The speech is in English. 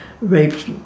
raped